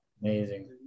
Amazing